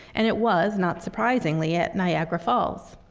and it was not surprisingly at niagara falls.